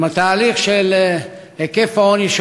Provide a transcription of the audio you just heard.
עם התהליך של היקף העוני,